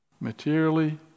materially